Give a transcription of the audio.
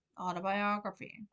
autobiography